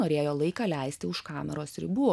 norėjo laiką leisti kameros ribų